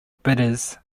bidders